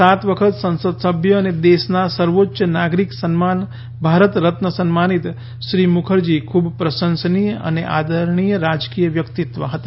સાત વખત સંસદસભ્ય અને દેશના સર્વોચ્ય નાગરિક સન્માન ભારત રત્ન સન્માનીત શ્રી મુખરજી ખૂબ પ્રશંસનીય અને આદરણીય રાજકીય વ્યક્તિત્વ હતા